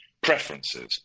preferences